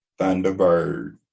Thunderbird